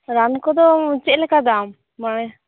ᱨᱟᱱ ᱠᱚᱫᱚ ᱪᱮᱫᱞᱮᱠᱟ ᱫᱟᱢ ᱢᱟᱱᱮ